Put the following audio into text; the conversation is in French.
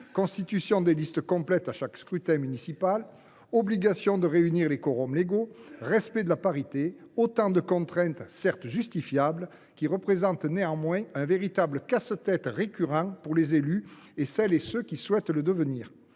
constituer des listes complètes lors de chaque scrutin municipal, de réunir les quorums légaux, de respecter la parité. Toutes ces contraintes, certes justifiables, représentent néanmoins un véritable casse tête récurrent pour les élus et pour celles et ceux qui souhaitent le devenir.